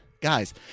Guys